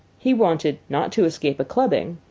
he wanted, not to escape a clubbing,